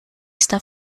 está